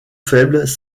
faibles